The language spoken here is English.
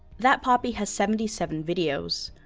that poppy has seventy seven videos,